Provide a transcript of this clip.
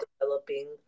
developing